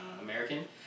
American